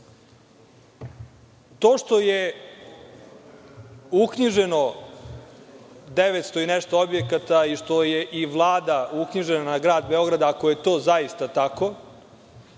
što je uknjiženo 900 i nešto objekata i što je i Vlada uknjižena na Grad Beograd, ako je to zaista tako,